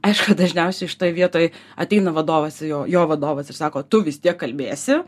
aišku dažniausiai šitoj vietoj ateina vadovas jo jo vadovas ir sako tu vis tiek kalbėsi